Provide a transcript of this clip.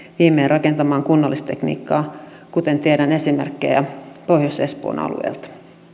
viimein rakentamaan kunnallistekniikkaa kuten tiedän esimerkkejä pohjois espoon alueelta